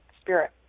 spirit